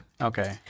Okay